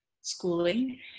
schooling